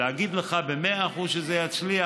להגיד לך שזה מאה אחוז יצליח?